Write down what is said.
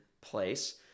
place